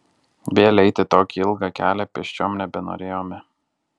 vėl eiti tokį ilgą kelią pėsčiom nebenorėjome